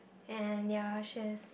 and ya she is